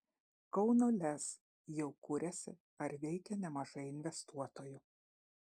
kauno lez jau kuriasi ar veikia nemažai investuotojų